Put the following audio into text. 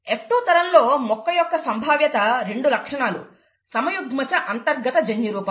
F2 తరంలో మొక్క యొక్క సంభావ్యత రెండు లక్షణాలు సమయుగ్మజ అంతర్గత జన్యురూపం